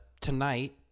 tonight